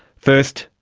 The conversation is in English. first,